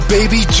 Baby